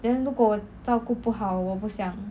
then 如果照顾不好我不想